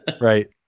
Right